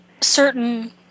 certain